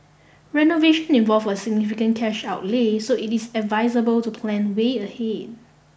renovation involve a significant cash outlay so it is advisable to plan way ahead